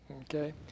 okay